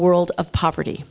world of poverty